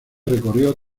recorrió